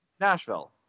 Nashville